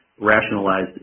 rationalized